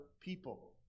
people